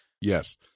Yes